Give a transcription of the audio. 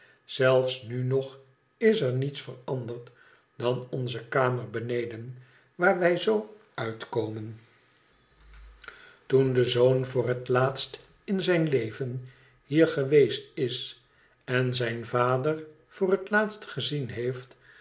zelfs nu nog w er mets veranderd dan onze kamer beneden waar wij z uitkomen toen de zoon voor het laatst in zijn leven hier geweest is en zijn vader voor het laatst gezien heeft